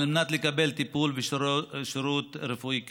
מנת לקבל טיפול ושירות רפואי כראוי,